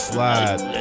Slide